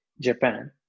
Japan